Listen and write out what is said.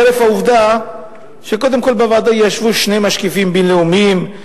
חרף העובדה שקודם כול בוועדה ישבו שני משקיפים בין-לאומיים,